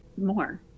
more